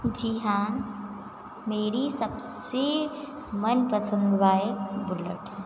जी हाँ मेरी सबसे मनपसन्द बाइक़ बुलेट है